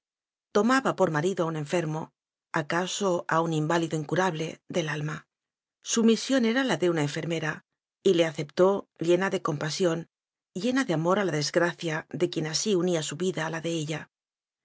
tomaba por ma rido a un enfermo acaso a un inválido incu rable del alma su misión era la de una en fermera y le aceptó llena de compasión llena de amor a la desgracia de quien así unía su vida a la de ella